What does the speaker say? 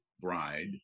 bride